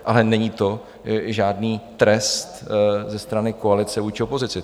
Ale není to žádný trest ze strany koalice vůči opozici.